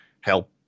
help